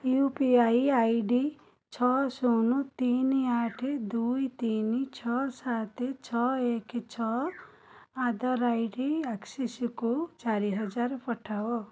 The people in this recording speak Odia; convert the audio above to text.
you P I I D ଛଅ ଶୂନ ତିନି ଆଠ ଦୁଇ ତିନି ଛଅ ସାତ ଛଅ ଏକ ଛଅ ଆଟ ଦ ରେଟ୍ ଆକ୍ସିସ୍କୁ ଚାରି ହଜାର ପଠାଅ